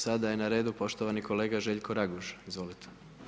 Sada je na redu poštovani kolega Željko Raguž, izvolite.